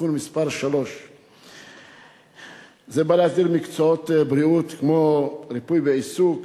(תיקון מס' 3). זה בא להסדיר מקצועות בריאות כמו ריפוי בעיסוק,